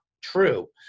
true